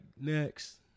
next